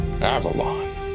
Avalon